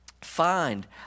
find